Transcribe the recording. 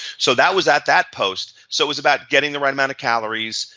so that was that that post so was about getting the right amount of calories,